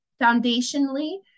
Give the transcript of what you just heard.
foundationally